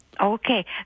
Okay